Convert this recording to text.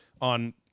on